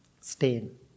Stain